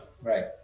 Right